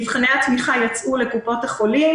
מבחני התמיכה יצאו אל קופות החולים,